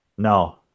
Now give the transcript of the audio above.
No